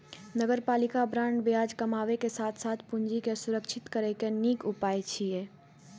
नगरपालिका बांड ब्याज कमाबै के साथ साथ पूंजी के संरक्षित करै के नीक उपाय छियै